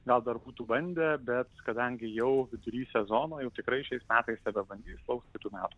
gal dar būtų bandę bet kadangi jau vidury sezono jau tikrai šiais metais nebebandys lauks kitų metų